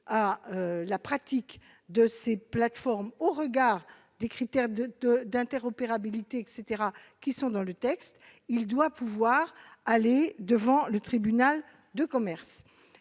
à la pratique de ces plateformes au regard des critères d'interopérabilité figurant dans le texte, elle doit pouvoir se tourner vers le tribunal de commerce,